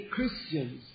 Christians